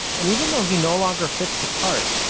and even though he no longer fits the part,